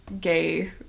gay